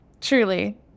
truly